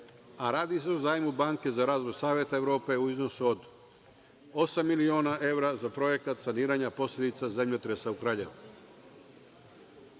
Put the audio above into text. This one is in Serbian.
Radi se o zajmu Banke za razvoj Saveta Evrope u iznosu od osam miliona evra za projekta saniranja posledica zemljotresa u Kraljevu. Ovaj